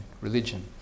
religion